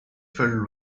filled